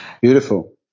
Beautiful